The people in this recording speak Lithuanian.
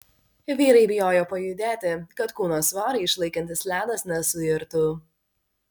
vyrai bijojo pajudėti kad kūno svorį išlaikantis ledas nesuirtų